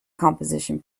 composition